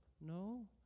No